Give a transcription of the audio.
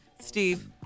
Steve